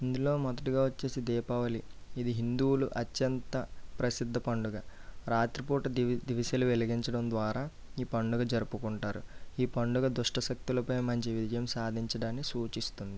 ఇందులో మొదటిగా వచ్చి దీపావళి ఇది హిందువుల అత్యంత ప్రసిద్ధ పండుగ రాత్రిపూట దివి దివిసలు వెలిగించడం ద్వారా ఈ పండుగ జరుపుకుంటారు ఈ పండుగ దుష్ట శక్తులపై మంచి విజయం సాధించడాన్ని సూచిస్తుంది